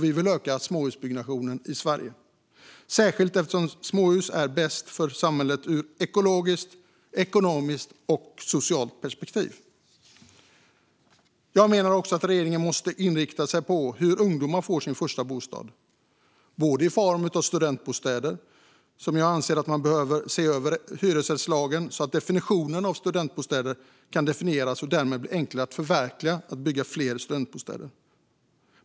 Vi vill öka småhusbyggnationen i Sverige, särskilt eftersom småhus är bäst för samhället ur ett ekologiskt, ekonomiskt och socialt perspektiv. Regeringen måste inrikta sig på hur ungdomar får sin första bostad. Jag anser att man behöver se över hyresrättslagen så att det kan göras en definition av studentbostäder och så att det därmed blir enklare att bygga fler studentbostäder.